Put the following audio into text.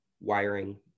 wiring